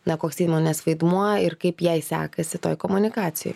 na koks įmonės vaidmuo ir kaip jai sekasi toj komunikacijoj